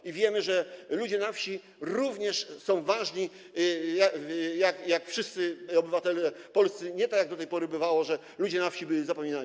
I wiemy, że ludzie na wsi również są ważni tak jak wszyscy obywatele polscy, a nie tak, jak do tej pory bywało, że ludzie na wsi byli zapominani.